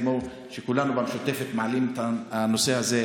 כמו שכולנו במשותפת מעלים את הנושא הזה,